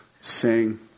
sing